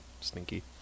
stinky